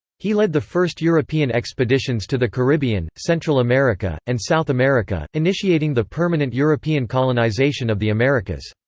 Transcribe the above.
he led the first european expeditions to the caribbean, central america, and south america, initiating the permanent european colonization of the americas.